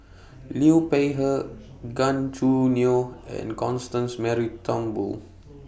Liu Peihe Gan Choo Neo and Constance Mary Turnbull